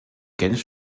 genf